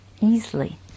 easily